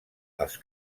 als